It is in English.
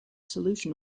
solution